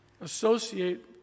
associate